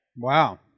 Wow